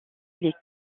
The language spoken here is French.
les